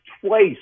twice